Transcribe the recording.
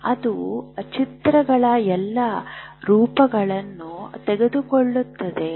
ಅದು ಚಿತ್ರಗಳ ಎಲ್ಲಾ ರೂಪಗಳನ್ನು ತೆಗೆದುಕೊಳ್ಳುತ್ತದೆ